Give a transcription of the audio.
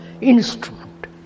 instrument